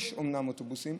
יש אומנם אוטובוסים,